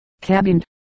cabined